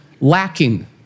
lacking